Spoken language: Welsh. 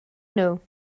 nhw